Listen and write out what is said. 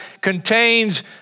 contains